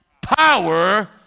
power